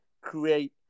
create